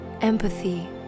empathy